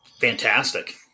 fantastic